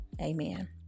amen